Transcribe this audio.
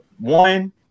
One